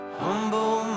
humble